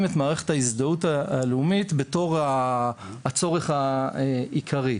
את מערכת ההזדהות הלאומית בתור הצורך העיקרי,